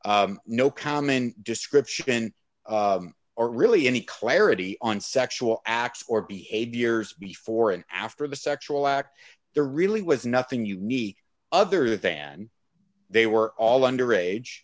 no common description or really any clarity on sexual acts or behaviors before and after the sexual act there really was nothing unique other than they were all under age